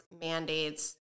mandates